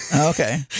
Okay